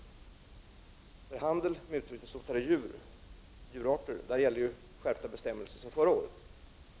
För handel med utrotningshotade djurarter gäller skärpta bestämmelser sedan förra året.